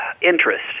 interest